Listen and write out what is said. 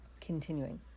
Continuing